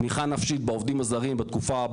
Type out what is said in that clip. תמיכה נפשית בעובדים הזרים בתקופה,